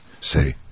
say